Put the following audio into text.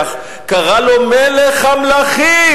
עם הארכי-רוצח וקרא לו "מלך המלכים",